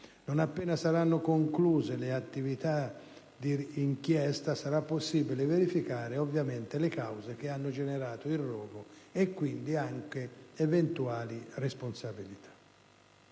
Non appena saranno concluse le attività d'inchiesta sarà ovviamente possibile verificare le cause che hanno generato il rogo e, quindi, anche eventuali responsabilità.